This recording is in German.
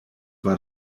war